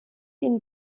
ihnen